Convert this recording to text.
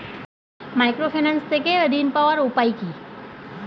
Microfinance থেকে ঋণ পাওয়ার উপায় কি?